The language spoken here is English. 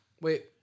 Wait